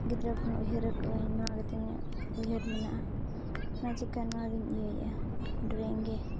ᱜᱤᱫᱽᱨᱟᱹ ᱠᱷᱚᱱ ᱩᱭᱦᱟᱹᱨ ᱟᱠᱟᱫᱟᱹᱧ ᱱᱚᱣᱟᱜᱮᱛᱤᱧ ᱩᱭᱦᱟᱹᱨ ᱢᱮᱱᱟᱜᱼᱟ ᱱᱚᱣᱟ ᱪᱤᱠᱟᱹ ᱱᱚᱣᱟᱜᱮᱧ ᱤᱭᱟᱹᱭᱮᱫᱟ ᱰᱨᱚᱭᱤᱝᱜᱮ